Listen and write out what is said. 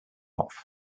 off